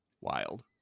Wild